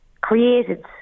created